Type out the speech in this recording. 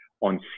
on